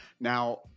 Now